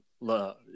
love